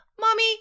mommy –